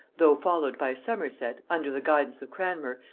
though followed by somerset, under the guidance of cranmer,